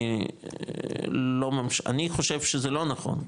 אני חושב שזה לא נכון,